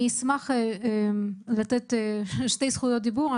אני אשמח לתת שתי זכויות דיבור,